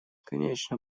конечно